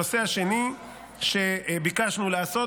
הנושא השני שביקשנו לעשות,